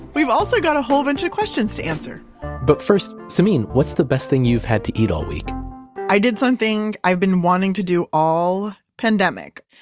we've also got a whole bunch of questions to answer but first samin, what's the best thing you've had to eat all week i did something i've been wanting to do all pandemic.